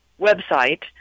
website